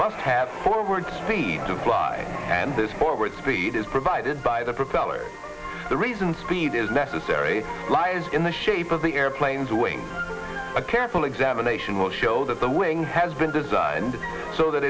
must have forward speed to fly and this forward speed is provided by the propeller the reason speed is necessary lies in the shape of the airplane's wings a careful examination will show that the wing has been designed so that